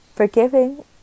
forgiving